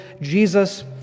Jesus